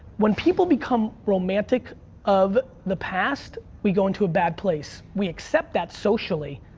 when people become romantic of the past, we go into a bad place. we accept that socially.